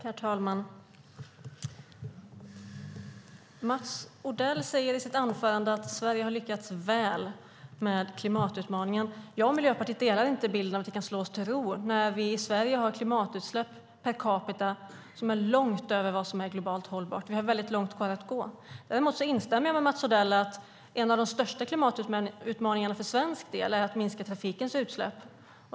Herr talman! Mats Odell säger i sitt anförande att Sverige har lyckats väl med klimatutmaningen. Jag och Miljöpartiet delar inte bilden av att vi kan slå oss till ro när vi i Sverige har klimatutsläpp per capita som är långt över vad som är globalt hållbart. Vi har väldigt långt kvar att gå. Däremot instämmer jag med Mats Odell när han säger att en av de största klimatutmaningarna för svensk del är att minska trafikens utsläpp.